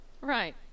Right